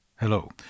Hello